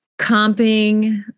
comping